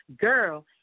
girl